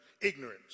ignorance